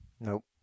Nope